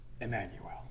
Emmanuel